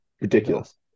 ridiculous